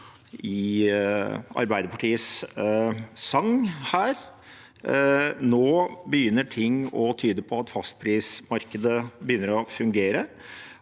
i Arbeiderpartiets sang her. Nå begynner ting å tyde på at fastprismarkedet begynner å fungere,